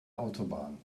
autobahn